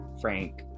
frank